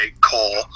Cole